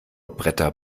bretter